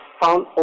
found